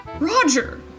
Roger